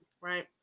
right